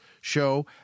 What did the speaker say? show